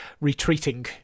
retreating